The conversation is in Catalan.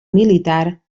militar